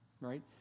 right